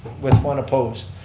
with one opposed.